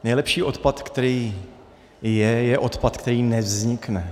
Nejlepší odpad, který je, je odpad, který nevznikne.